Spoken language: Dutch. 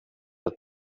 uit